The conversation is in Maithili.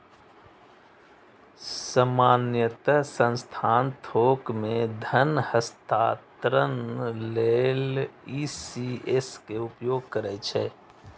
सामान्यतः संस्थान थोक मे धन हस्तांतरण लेल ई.सी.एस के उपयोग करै छै